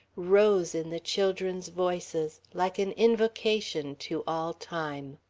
rose, in the children's voices, like an invocation to all time.